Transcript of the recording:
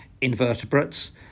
invertebrates